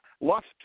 lost